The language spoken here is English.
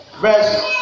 verse